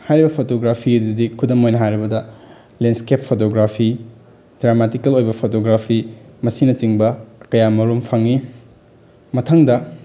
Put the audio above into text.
ꯍꯥꯏꯔꯤꯕ ꯐꯣꯇꯣꯒ꯭ꯔꯥꯐꯤ ꯑꯗꯨꯗꯤ ꯈꯨꯗꯝ ꯑꯣꯏꯅ ꯍꯥꯏꯔꯕꯗ ꯂꯦꯟꯁꯀꯦꯞ ꯐꯣꯇꯣꯒ꯭ꯔꯥꯐꯤ ꯗ꯭ꯔꯃꯥꯇꯤꯀꯦꯜ ꯑꯣꯏꯕ ꯐꯣꯇꯣꯒ꯭ꯔꯥꯐꯤ ꯃꯁꯤꯅ ꯆꯤꯡꯕ ꯀꯌꯥꯝ ꯃꯔꯨꯝ ꯐꯪꯉꯤ ꯃꯊꯪꯗ